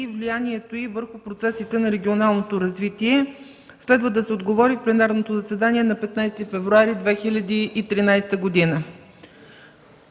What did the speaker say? влиянието й върху процесите на регионалното развитие. Следва да се отговори в пленарното заседание на 15 февруари 2013 г.;